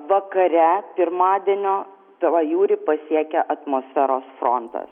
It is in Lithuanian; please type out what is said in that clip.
vakare pirmadienio tvajūrį pasiekia atmosferos frontas